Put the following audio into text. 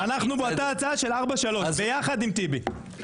ללוחם בצה"ל הוא קרא אידיוט.